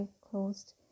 closed